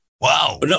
Wow